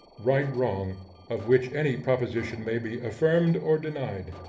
right-wrong, of which any proposition may be affirmed or denied.